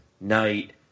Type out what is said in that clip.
night